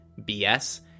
BS